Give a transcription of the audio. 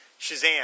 Shazam